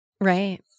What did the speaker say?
Right